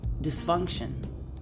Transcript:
dysfunction